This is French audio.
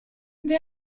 des